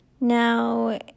Now